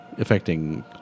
affecting